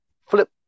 flip